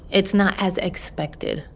it's not as expected,